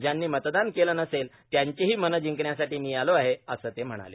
ज्यांनी मतदान केले नसेल त्यांचेही मने जिंकण्यासाठी मी आलो आहे असं ते म्हणाले